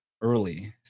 early